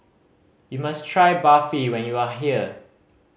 you must try Barfi when you are here